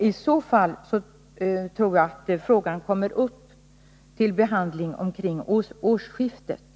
I så fall tror jag att frågan kommer upp till behandling omkring årsskiftet.